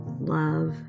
love